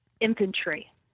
infantry